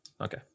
Okay